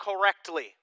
correctly